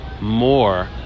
more